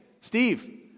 Steve